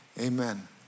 amen